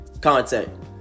content